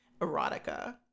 erotica